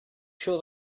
sure